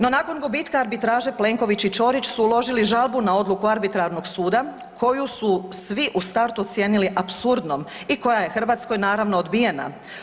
No nakon gubitka arbitraže Plenković i Ćorić su uložili žalbu na odluku Arbitrarnog suda koju su svi u startu ocijenili apsurdnom i koja je Hrvatskoj naravno odbijena.